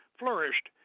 flourished